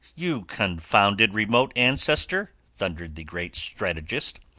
you confounded remote ancestor! thundered the great strategist,